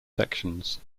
sections